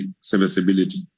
serviceability